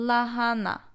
Lahana